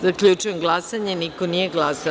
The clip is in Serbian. Zaključujem glasanje: niko nije glasao.